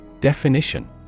Definition